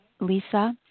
Lisa